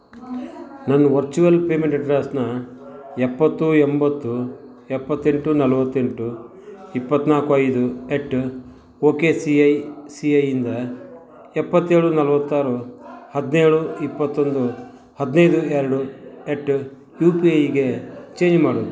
ನನ್ನ virtual payment ಅಡ್ರೆಸನ್ನ ಎಪ್ಪತ್ತು ಎಂಬತ್ತು ಎಪ್ಪತ್ತೆಂಟು ನಲ್ವತ್ತೆಂಟು ಇಪ್ಪತ್ತ್ನಾಲ್ಕು ಐದು at okay C I C ಐಯಿಂದ ಎಪ್ಪತ್ತೇಳು ನಲ್ವತ್ತಾರು ಹದಿನೇಳು ಇಪ್ಪತ್ತೊಂದು ಹದಿನೈದು ಎರಡು ಎಟ್ ಯು ಪಿ ಐಗೆ ಚೇಂಜ್ ಮಾಡು